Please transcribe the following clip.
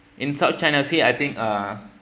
in south china sea I think uh